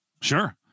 sure